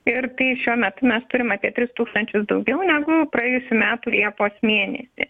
ir tai šiemet mes turime apie tris tūkstančius daugiau negu praėjusių metų liepos mėnesį